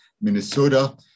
Minnesota